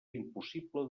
impossible